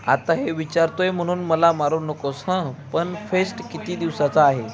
आत्ता हे विचारतो आहे म्हणून मला मारू नकोस हं पण फेस्ट किती दिवसाचा आहे